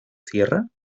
cierra